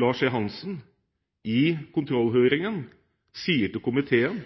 Lars E. Hanssen, i kontrollhøringen sa til komiteen: